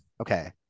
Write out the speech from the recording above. Okay